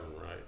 right